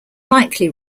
likely